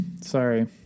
Sorry